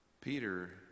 Peter